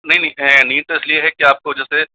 नहीं नहीं हैं नींद तो इसलिए है की आपको जैसे